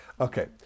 Okay